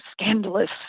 scandalous